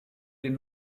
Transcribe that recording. den